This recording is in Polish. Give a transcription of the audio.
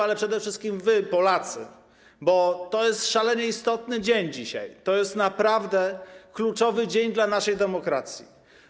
Ale przede wszystkim wy, Polacy, ponieważ to jest szalenie istotny dzień dzisiaj, to jest naprawdę kluczowy dzień dla naszej demokracji.